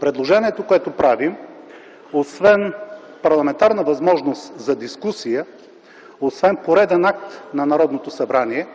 предложението, което правим, освен парламентарна възможност за дискусия, освен пореден акт на Народното събрание